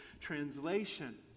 translation